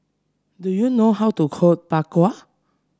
do you know how to cook Bak Kwa